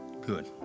Good